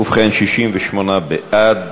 ובכן, 68 בעד,